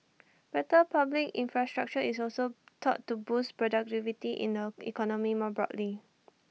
better public infrastructure is also thought to boost productivity in the economy more broadly